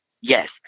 Yes